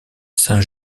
saint